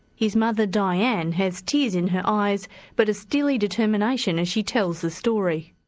his mother dianne has tears in her eyes but a steely determination as she tells the story.